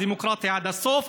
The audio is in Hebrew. אז דמוקרטיה עד הסוף.